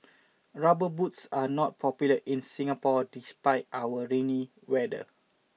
rubber boots are not popular in Singapore despite our rainy weather